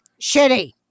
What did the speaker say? shitty